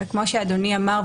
וכמו שאדוני אמר,